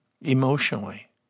emotionally